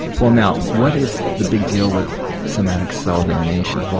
well now, what is the big deal with somatic cell donation? well,